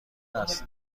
است